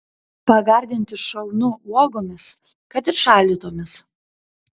pagardinti šaunu uogomis kad ir šaldytomis